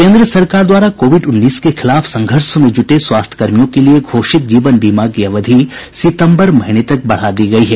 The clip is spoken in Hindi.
केंद्र सरकार द्वारा कोविड उन्नीस के खिलाफ संघर्ष में जुटे स्वास्थ्यकर्मियों के लिये घोषित जीवन बीमा की अवधि सितंबर महीने तक बढ़ा दी गयी है